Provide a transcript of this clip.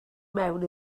mewn